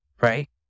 right